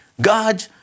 God